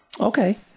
okay